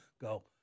go